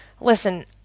Listen